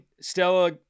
Stella